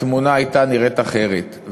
התמונה הייתה נראית אחרת.